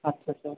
আচ্ছা স্যার